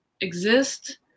exist